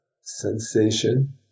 sensation